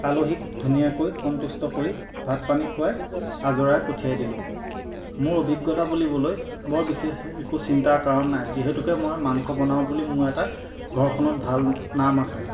আলহীক ধুনীয়াকৈ সন্তুষ্ট কৰি ভাত পানী খোৱাই আজৰাই পঠিয়াই দিলোঁ মোৰ অভিজ্ঞতা বুলিবলৈ বৰ বিশেষ একো চিন্তাৰ কাৰণ নাই যিহেতুকে মই মাংস বনাওঁ বুলি মোৰ এটা ঘৰখনত ভাল নাম আছে